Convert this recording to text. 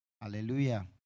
Hallelujah